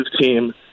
team